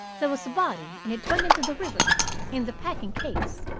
there was a body, and it went into the river in the packing-case.